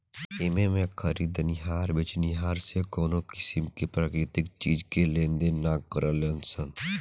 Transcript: एमें में खरीदनिहार बेचनिहार से कवनो किसीम के प्राकृतिक चीज के लेनदेन ना करेलन सन